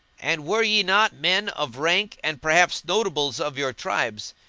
and were ye not men of rank and, perhaps, notables of your tribes,